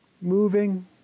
Moving